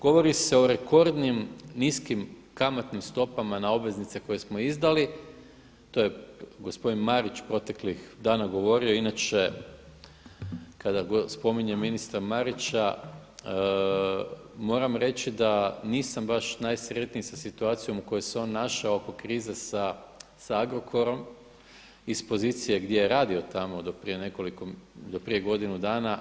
Govori se o rekordnim niskim kamatnim stopama na obveznice koje smo izdali, to je gospodin Marić proteklih dana govorio, inače kada spominjem ministra Marića moram reći da nisam baš najsretniji sa situacijom u kojoj se on našao oko krize sa Agrokorom iz pozicije gdje je radio tamo do prije godinu dana.